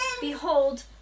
Behold